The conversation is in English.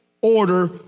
order